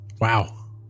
Wow